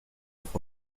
doch